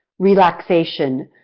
relaxation,